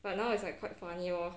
but now is like quite funny lor